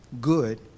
good